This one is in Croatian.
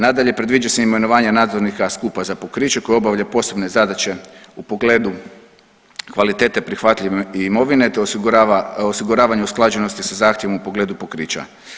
Nadalje, predviđa se imenovanje nadzornika skupa za pokriće koje obavlja posebne zadaće u pogledu kvalitete prihvatljive imovine, te osiguravanje usklađenosti sa zahtjevima u pogledu pokrića.